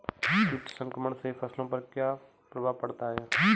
कीट संक्रमण से फसलों पर क्या प्रभाव पड़ता है?